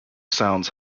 sounds